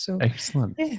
Excellent